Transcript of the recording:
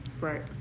Right